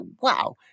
wow